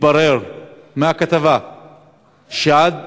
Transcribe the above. מתברר מהכתבה שעד,